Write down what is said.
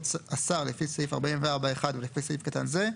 השר לפי סעיף 44(1) ולפי סעיף קטן זה,